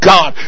God